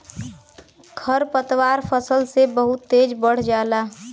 खरपतवार फसल से बहुत तेज बढ़ जाला